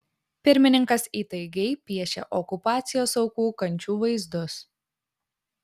pirmininkas įtaigiai piešia okupacijos aukų kančių vaizdus